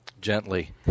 gently